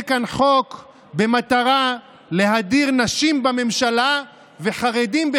לכן אני מבקש ממך, קח את הדברים לתשומת